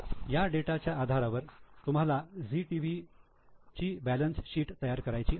या डेटाच्या आधारावर तुम्हाला झी टीव्ही ची बॅलन्स शीट तयार करायची आहे